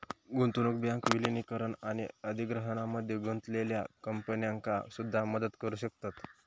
गुंतवणूक बँक विलीनीकरण आणि अधिग्रहणामध्ये गुंतलेल्या कंपन्यांका सुद्धा मदत करू शकतत